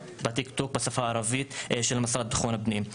בטיקטוק של המשרד לביטחון פנים בשפה הערבית.